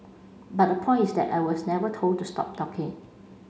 but the point is that I was never told to stop talking